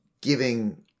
giving